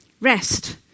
Rest